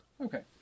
Okay